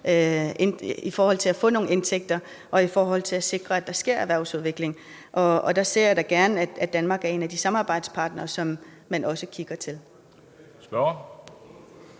i forhold til at få nogle indtægter og i forhold til at sikre, at der sker erhvervsudvikling, og der ser jeg da gerne, at Danmark er en af de samarbejdspartnere, som man også kigger til.